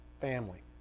family